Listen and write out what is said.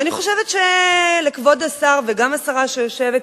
ואני חושבת שלכבוד השר וגם לשרה שיושבת,